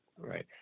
Right